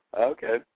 Okay